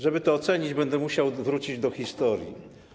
Żeby to ocenić, będę musiał wrócić do historii.